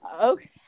Okay